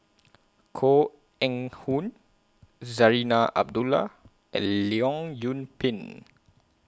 Koh Eng Hoon Zarinah Abdullah and Leong Yoon Pin